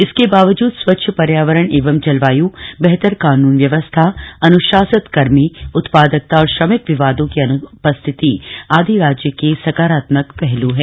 इसके बावजूद स्वच्छ पर्यावरण एवं जलवायु बेहतर कानून व्यवस्था अनुशासित कर्मी उत्पादकता और श्रमिक विवादों की अनुपस्थिति आदि राज्य के सकारात्मक पहलू है